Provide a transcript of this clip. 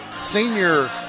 senior